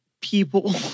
people